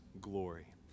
glory